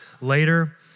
later